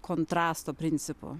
kontrasto principu